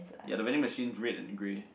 ya the vending machine is red and grey